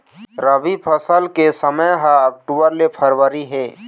रबी फसल के समय ह अक्टूबर ले फरवरी हे